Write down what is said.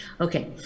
Okay